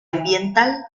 ambiental